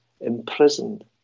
imprisoned